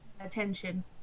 attention